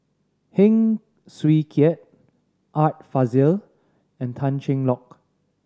Heng Swee Keat Art Fazil and Tan Cheng Lock